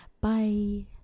bye